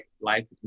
life